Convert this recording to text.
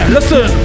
Listen